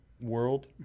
world